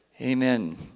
Amen